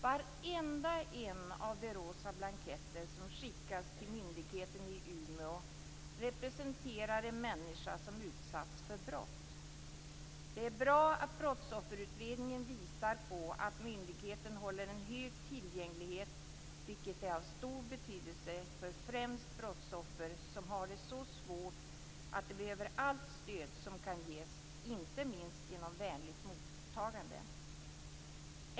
Varenda en av de rosa blanketter som skickats till myndigheten i Umeå representerar en människa som utsatts för brott. Det är bra att Brottsofferutredningen visar på att myndigheten håller en hög tillgänglighet, vilket är av stor betydelse för främst brottsoffer som har det så svårt att de behöver allt stöd som kan ges, inte minst genom vänligt mottagande.